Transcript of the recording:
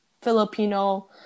Filipino